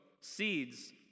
seeds